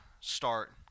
start